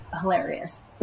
hilarious